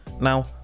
Now